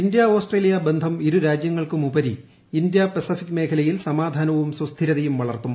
India Australia ബന്ധം ഇരു രാജ്യങ്ങൾക്കുമുപരി ഇന്ത്യ പസഫിക് മേഖലയിൽ സമാധാനവും സുസ്ഥിരതയും വളർത്തും